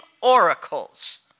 oracles